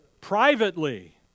Privately